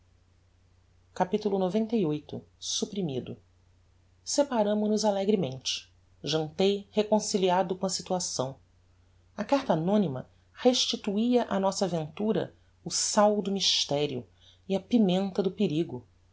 saciedade capitulo xcviii supprimido separamo-nos alegremente jantei reconciliado com a situação a carta anonyma restituia á nossa aventura o sal do mysterio e a pimenta do perigo